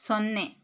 ಸೊನ್ನೆ